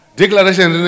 declaration